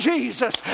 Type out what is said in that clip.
Jesus